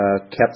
kept